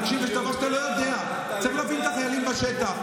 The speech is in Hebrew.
יש דבר שאתה לא יודע: צריך להפעיל את החיילים בשטח,